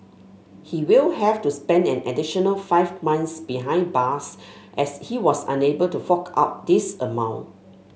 he will have to spend an additional five months behind bars as he was unable to fork out this amount